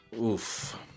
Oof